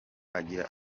agira